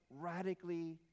radically